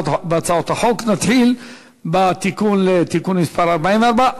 נתחיל בתיקון מס' 44,